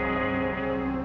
and